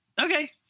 Okay